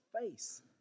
face